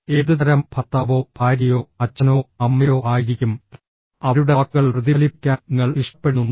ഏതുതരം ഭർത്താവോ ഭാര്യയോ അച്ഛനോ അമ്മയോ ആയിരിക്കും അവരുടെ വാക്കുകൾ പ്രതിഫലിപ്പിക്കാൻ നിങ്ങൾ ഇഷ്ടപ്പെടുന്നുണ്ടോ